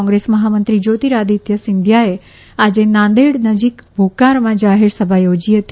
કોંગ્રેસ મહામંત્રી જ્યોતિરાદિત્ય સિંધિયાએ આજે નાંદેડનજીક ભોકારમાં જાહેરસભા યોજી હતી